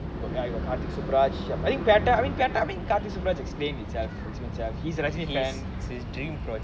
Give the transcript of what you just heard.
for me I got karthik suburaj I think better I mean I mean karthik suburaj explain itself explains himself he's a karthik fan it's his dream project